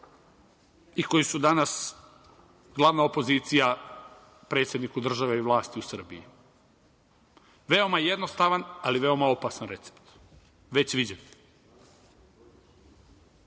i koji su danas glavna opozicija predsedniku države i vlasti u Srbiji. Veoma jednostavan, ali veoma opasan recept, već